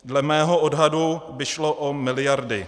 Dle mého odhadu by šlo o miliardy.